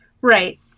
Right